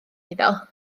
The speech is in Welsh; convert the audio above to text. iddo